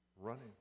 Running